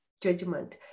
judgment